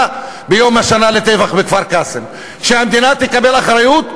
ביום השנה לטבח בכפר-קאסם: שהמדינה תקבל אחריות,